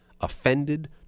offended